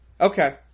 Okay